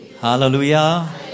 Hallelujah